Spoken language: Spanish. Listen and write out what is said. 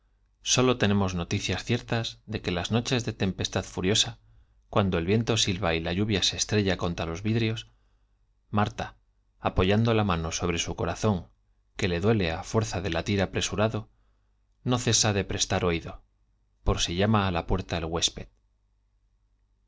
sólo tenemos noticias ciertas de que las platicado cuando el viento silba y noches de tempestad furiosa lvi arta apoyando la lluvia se estrella contra los vidrios le duele á fuerza de la mano sobre su corazón que latir cesa de prestar oído por si llama apresurado no á la puerta el huésped